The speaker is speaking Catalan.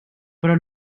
però